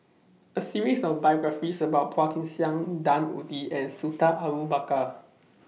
A series of biographies about Phua Kin Siang Dan Ying and Sultan Abu Bakar was recently published